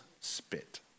spit